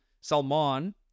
Salman